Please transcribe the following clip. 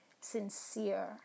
sincere